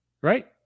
right